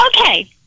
Okay